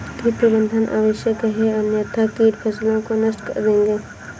कीट प्रबंधन आवश्यक है अन्यथा कीट फसलों को नष्ट कर देंगे